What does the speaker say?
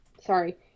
sorry